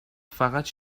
فقط